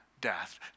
death